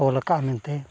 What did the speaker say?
ᱚᱞᱟᱠᱟᱜᱼᱟ ᱢᱮᱱᱛᱮ